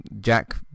jack